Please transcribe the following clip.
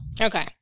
Okay